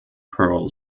pearl